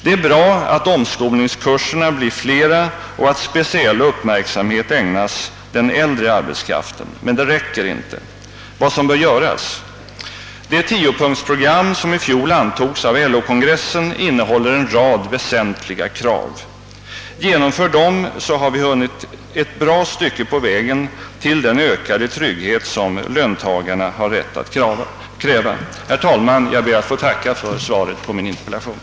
Det är bra att omskolningskurserna blir flera och att speciell uppmärksamhet ägnas den äldre arbetskraften, men det räcker inte. Vad som bör göras? Det tiopunktsprogram som i fjol antogs av LO-kongressen innehåller en rad väsentliga krav. Fullfölj dem, så har vi hunnit ett gott stycke på vägen till den ökade trygghet som löntagarna har rätt att kräva! Herr talman! Jag ber att få tacka för svaret på min interpellation.